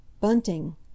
Bunting